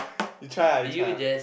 you try lah you try lah